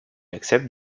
accepte